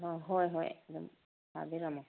ꯑꯥ ꯍꯣꯏ ꯍꯣꯏ ꯑꯗꯨꯝ ꯐꯥꯕꯤꯔꯝꯃꯣ